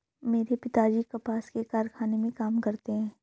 मेरे पिताजी कपास के कारखाने में काम करते हैं